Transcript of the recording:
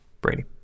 Brady